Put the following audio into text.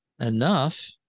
enough